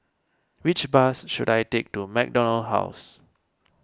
which bus should I take to MacDonald House